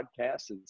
Podcasts